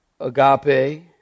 agape